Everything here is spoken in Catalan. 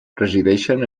resideixen